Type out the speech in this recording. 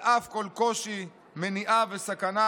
על אף כל קושי, מניעה וסכנה,